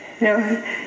No